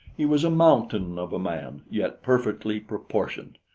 he was a mountain of a man, yet perfectly proportioned.